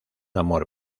amor